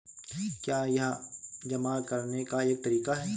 क्या यह जमा करने का एक तरीका है?